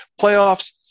playoffs